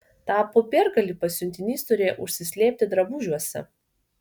tą popiergalį pasiuntinys turėjo užsislėpti drabužiuose